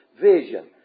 Vision